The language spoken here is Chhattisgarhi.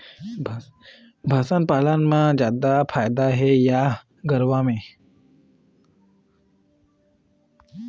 भंइस पालन म जादा फायदा हे या गरवा में?